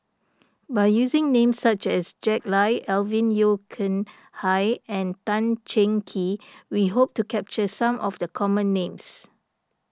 by using names such as Jack Lai Alvin Yeo Khirn Hai and Tan Cheng Kee we hope to capture some of the common names